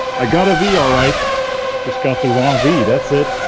i got a v alright just got the wrong v. that's it.